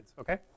okay